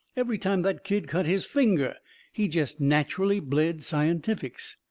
every time that kid cut his finger he jest natcherally bled scientifics.